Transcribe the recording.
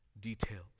details